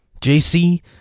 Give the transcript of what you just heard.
JC